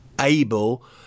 able